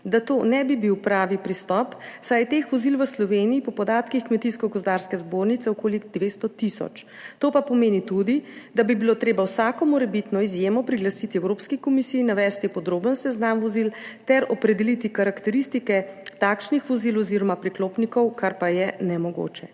da to ne bi bil pravi pristop, saj je teh vozil v Sloveniji po podatkih Kmetijsko gozdarske zbornice okoli 200 tisoč. To pa pomeni tudi, da bi bilo treba vsako morebitno izjemo priglasiti Evropski komisiji, navesti podroben seznam vozil ter opredeliti karakteristike takšnih vozil oziroma priklopnikov, kar pa je nemogoče.